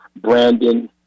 Brandon